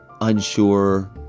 unsure